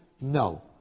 No